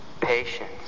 patience